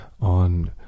on